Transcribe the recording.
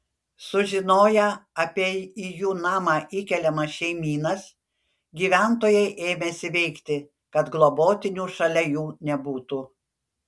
sužinoję apie į jų namą įkeliamas šeimynas gyventojai ėmėsi veikti kad globotinių šalia jų nebūtų